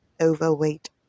overweight